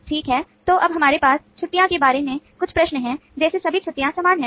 ठीक है तो अब हमारे पास छुट्टियो के बारे में कुछ प्रश्न हैं जैसे सभी छुट्टियाँ समान हैं